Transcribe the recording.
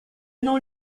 não